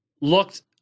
looked